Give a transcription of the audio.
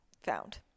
found